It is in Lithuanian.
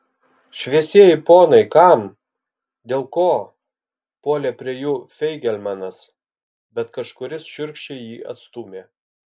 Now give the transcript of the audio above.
šviesieji ponai kam dėl ko puolė prie jų feigelmanas bet kažkuris šiurkščiai jį atstūmė